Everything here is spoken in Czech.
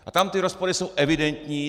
A tam ty rozpory jsou evidentní.